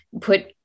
put